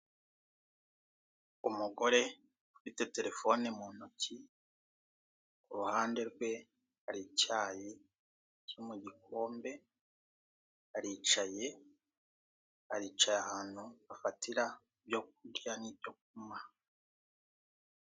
Umugore ufite terefone mu ntoki, iruhande rwe hari icyayi cyo mu gikombe. Aricaye aricaye ahantu bafatira ibyo kurya n'ibyo kunywa.